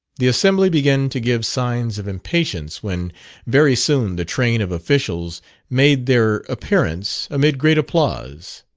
the assembly began to give signs of impatience, when very soon the train of officials made their appearance amid great applause.